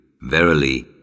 Verily